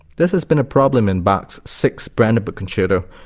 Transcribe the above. this has been a problem in bach's sixth brandenburg concerto,